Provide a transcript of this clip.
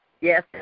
Yes